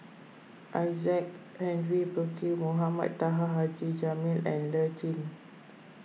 Isaac Henry Burkill Mohamed Taha Haji Jamil and Lee Tjin